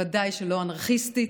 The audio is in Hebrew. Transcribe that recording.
ודאי שלא אנרכיסטית,